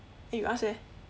eh you ask eh